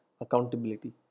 accountability